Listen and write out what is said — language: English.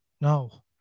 No